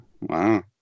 wow